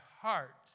heart